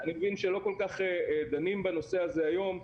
אני מבין שלא כל כך דנים בנושא הזה היום.